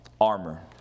armor